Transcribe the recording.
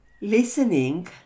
Listening